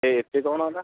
ଏ ଏତେ କ'ଣ ଏଇଟା